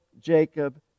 Jacob